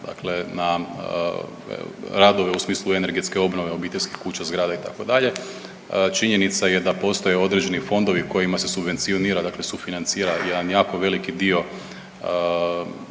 PDV-a na radove u smislu energetske obnove obiteljskih kuća, zgrada itd., činjenica je da postoje određeni fondovi kojima se subvencionira dakle sufinancira jedan jako veliki dio